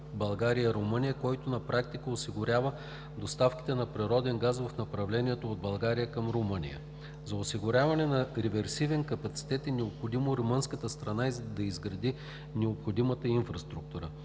България – Румъния, който на практика осигурява доставките на природен газ в направление от България към Румъния. За осигуряване на реверсивен капацитет е необходимо румънската страна да изгради необходимата инфраструктура.